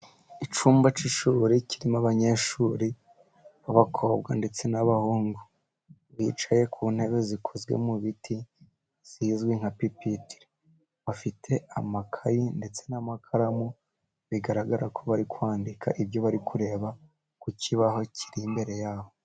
Icyumba cy'ishuri kirimo abanyeshuri b'abakobwa, ndetse n'abahungu bicaye ku ntebe, zikozwe mu biti zizwi nka pipitire, bafite amakayi, ndetse n'amakaramu, bigaragara ko bari kwandika ibyo bari kureba ku kibaho kiri imbere yabo.